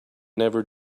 never